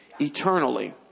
eternally